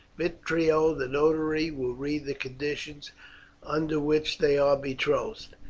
vitrio, the notary, will read the conditions under which they are betrothed.